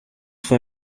fue